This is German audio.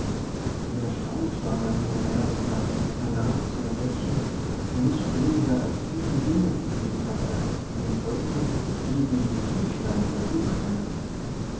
wie erstaunt war man in amerika hernach zu entdecken daß er nicht weniger als sieben junge gekriegt hatte die ihm folgten wie die küchlein der